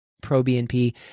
pro-BNP